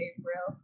April